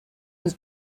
was